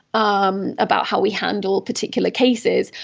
um about how we handle particular cases,